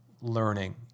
learning